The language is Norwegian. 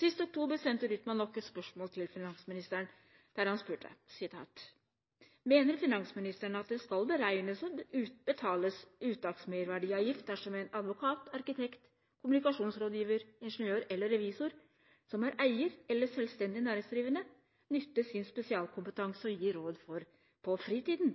Sist oktober sendte Rytman nok et spørsmål til finansministeren, der han spurte: «Mener finansministeren at det skal beregnes og betales uttaksmerverdiavgift dersom en advokat, arkitekt, kommunikasjonsrådgiver, ingeniør eller revisor, som er eier eller selvstendig næringsdrivende, nytter sin spesialkompetanse og gir råd på fritiden?»